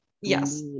yes